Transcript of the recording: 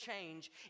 change